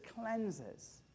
cleanses